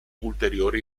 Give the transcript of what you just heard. ulteriori